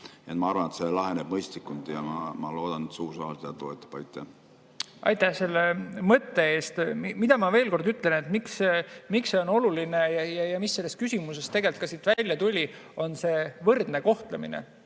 Ma arvan, et see laheneb mõistlikult ja ma loodan, et suur saal seda toetab. Aitäh selle mõtte eest! Mida ma veel kord ütlen, miks see on oluline ja mis selles küsimuses tegelikult siit välja tuli, on see võrdne kohtlemine.